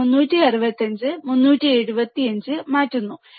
അവൻ 365 375 മാറ്റുന്നു